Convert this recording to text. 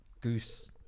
goose